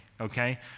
okay